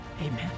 amen